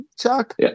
chuck